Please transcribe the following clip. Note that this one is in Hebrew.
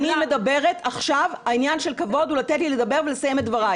אני מדברת עכשיו ועניין של כבוד זה לתת לי לדבר לסיים את דבריי.